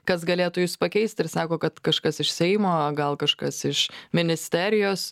kas galėtų jus pakeisti ir sako kad kažkas iš seimo gal kažkas iš ministerijos